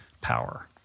power